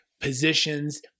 positions